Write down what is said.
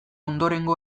ondorengo